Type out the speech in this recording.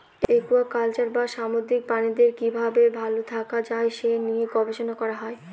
aquaculture বা সামুদ্রিক প্রাণীদের কি ভাবে ভালো থাকা যায় সে নিয়ে গবেষণা করা হয়